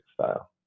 style